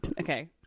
okay